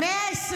למה רק מ-20?